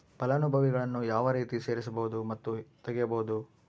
ಫಲಾನುಭವಿಗಳನ್ನು ಯಾವ ರೇತಿ ಸೇರಿಸಬಹುದು ಮತ್ತು ತೆಗೆಯಬಹುದು?